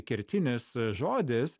kertinis žodis